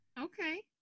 Okay